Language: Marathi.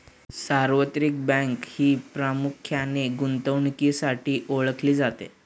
सार्वत्रिक बँक ही प्रामुख्याने गुंतवणुकीसाठीही ओळखली जाते